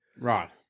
Right